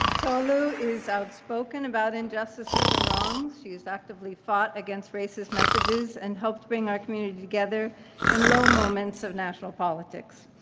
tolu is outspoken about injustices and wrongs. she has actively fought against racist messages, and helped bring our community together in low moments of national politics.